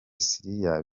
syria